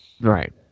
Right